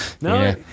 No